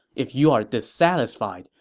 if you are dissatisfied,